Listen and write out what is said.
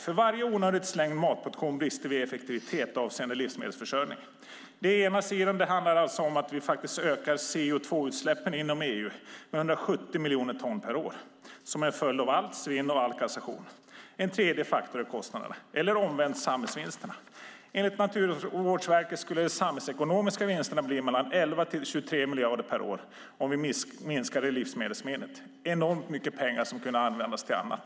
För varje onödigt slängd matportion brister vi i effektivitet avseende livsmedelsförsörjning. Det handlar alltså om att vi faktiskt ökar CO2-utsläppen inom EU med 170 miljoner ton per år som en följd av allt svinn och all kassation. En tredje faktor är kostnaderna eller omvänt samhällsvinsterna. Enligt Naturvårdsverket skulle de samhällsekonomiska vinsterna bli 11-23 miljarder per år om vi minskade livsmedelssvinnet - enormt mycket pengar som kunde användas till annat.